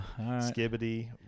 Skibbity